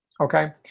Okay